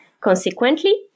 Consequently